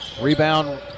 Rebound